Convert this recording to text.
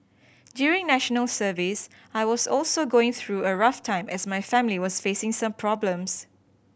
during National Service I was also going through a rough time as my family was facing some problems